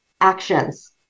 actions